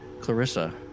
Clarissa